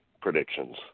predictions